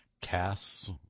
casts